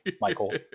Michael